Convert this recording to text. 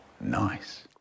Nice